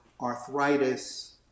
arthritis